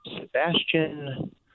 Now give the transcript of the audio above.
Sebastian